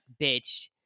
bitch